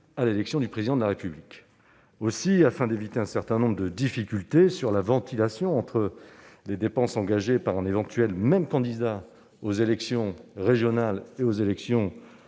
à l'élection du président de la République. Aussi, afin d'éviter un certain nombre de difficultés sur la ventilation entre les dépenses engagées par un éventuel même candidat aux élections régionales, départementales